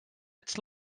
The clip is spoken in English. its